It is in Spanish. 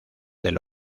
del